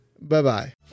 bye-bye